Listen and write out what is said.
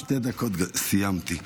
שתי דקות וסיימתי.